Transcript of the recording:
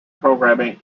programming